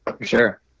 Sure